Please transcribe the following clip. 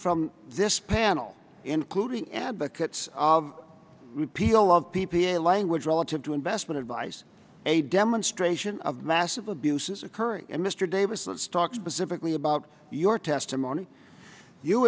from this panel including advocates of repeal of p p a language relative to investment advice a demonstration of massive abuses occurring and mr davis let's talk specifically about your testimony you